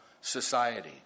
society